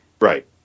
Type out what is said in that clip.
Right